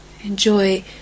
Enjoy